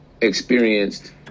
experienced